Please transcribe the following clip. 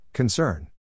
Concern